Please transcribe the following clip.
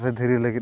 ᱫᱷᱤᱨᱤ ᱞᱟᱹᱜᱤᱫ